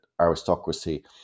aristocracy